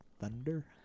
Thunder